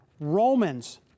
Romans